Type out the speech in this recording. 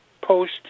post